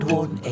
one